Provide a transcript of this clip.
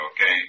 okay